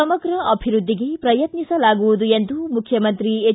ಸಮಗ್ರ ಅಭಿವೃದ್ದಿಗೆ ಪ್ರಯತ್ನಿಸಲಾಗುವುದು ಎಂದು ಮುಖ್ಯಮಂತ್ರಿ ಎಚ್